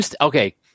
Okay